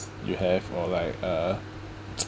you have or like uh